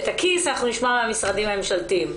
את הכיס אנחנו נשמע מהמשרדים הממשלתיים.